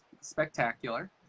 spectacular